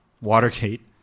Watergate